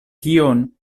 tion